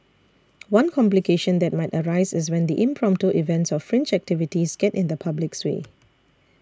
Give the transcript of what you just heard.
one complication that might arise is when the impromptu events or fringe activities get in the public's way